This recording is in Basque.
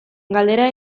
galdera